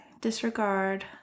disregard